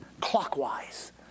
clockwise